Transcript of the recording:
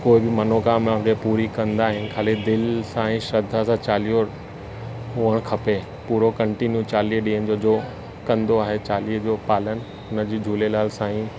कोई बि मनोकामिना हुजे पूरी कंदा आहिनि खाली दिलि सां ई श्रद्धा सां चालीहो हुअणु खपे पूरो कंटिन्यू चालीहे ॾींहंनि जो कंदो आहे चालीहे जो पालन हुनजी झूलेलाल साईं